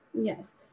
Yes